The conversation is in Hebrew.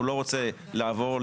הוא לא רוצה לעבור,